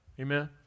Amen